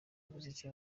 umuziki